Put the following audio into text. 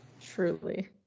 Truly